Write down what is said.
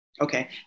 Okay